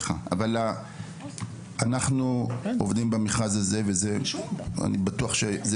אנחנו עובדים במכרז הזה ואני בטוח שזה